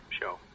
show